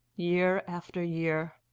year after year.